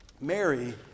Mary